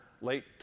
late